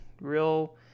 Real